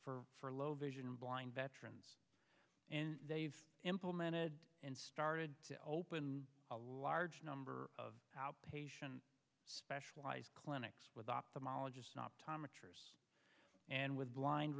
for low vision blind veterans and they've implemented and started to open a large number of outpatient specialized clinics with ophthalmologists optometrist and with blind